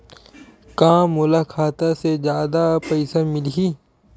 का मोला खाता से जादा पईसा मिलही?